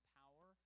power